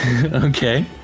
Okay